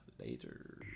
later